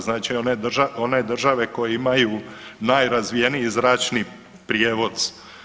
Znači one države koje imaju najrazvijeniji zračni prijevoz.